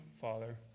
Father